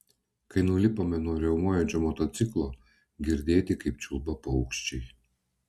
kai nulipome nuo riaumojančio motociklo girdėti kaip čiulba paukščiai